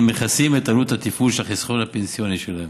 מכסים את עלות התפעול של החיסכון הפנסיוני שלהם.